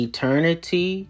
Eternity